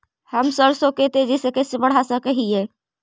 हम सरसों के तेजी से कैसे बढ़ा सक हिय?